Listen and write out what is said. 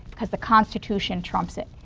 because the constitution trumps it.